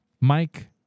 Mike